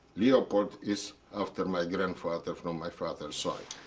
leopold, is after my grandfather, from my father's side.